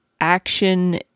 action